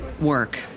work